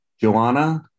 Joanna